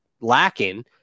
lacking